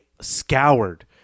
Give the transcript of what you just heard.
scoured